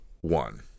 one